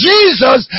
Jesus